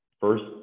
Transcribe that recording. first